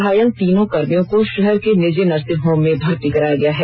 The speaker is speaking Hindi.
घायल तीनों कर्मियों को शहर के निजी नर्सिंग होम में भर्ती कराया गया है